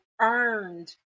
earned